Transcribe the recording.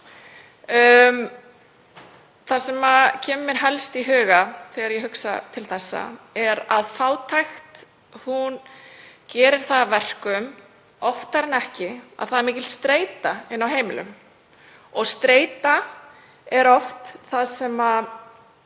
Það sem kemur mér helst í hug þegar ég hugsa til þessa er að fátækt gerir það að verkum oftar en ekki að það er mikil streita inni á heimilum og streita er oft grunnurinn